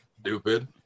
stupid